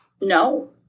No